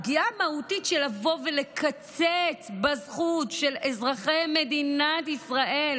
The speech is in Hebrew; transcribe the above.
הפגיעה המהותית של לבוא ולקצץ בזכות של אזרחי מדינת ישראל